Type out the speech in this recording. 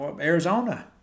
Arizona